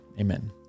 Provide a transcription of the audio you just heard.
amen